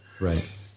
right